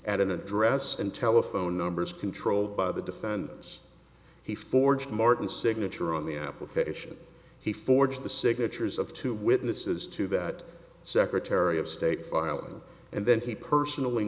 at an address and telephone numbers controlled by the defendants he forged martin signature on the application he forged the signatures of two witnesses to that secretary of state filing and then he personally